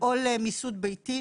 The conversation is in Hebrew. או למיסוד ביתי,